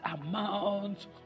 amount